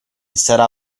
sarà